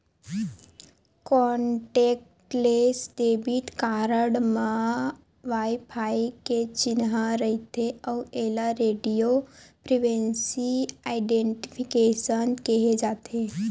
contactless debit card म wifi के चिन्हा रहिथे अउ एला रेडियो फ्रिवेंसी आइडेंटिफिकेसन केहे जाथे